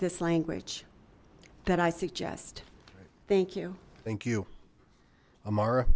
this language that i suggest thank you thank you mar